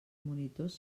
monitors